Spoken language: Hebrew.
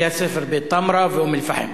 בתי-הספר בתמרה ובאום-אל-פחם.